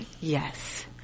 Yes